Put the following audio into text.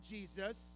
Jesus